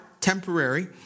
temporary